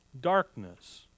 darkness